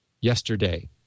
yesterday